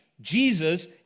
Jesus